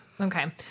Okay